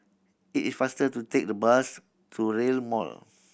it is faster to take the bus to Rail Mall